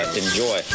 enjoy